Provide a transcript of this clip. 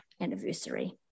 anniversary